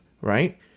right